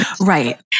Right